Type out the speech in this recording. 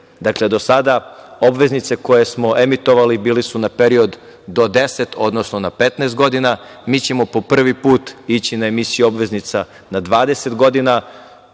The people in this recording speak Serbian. Dakle, do sada obveznice koje smo emitovali bile su na period do 10, odnosno na 15 godina, mi ćemo po prvi put ići na emisiju obveznica na 20 godina.